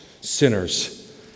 sinners